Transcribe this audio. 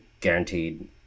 guaranteed